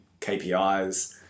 KPIs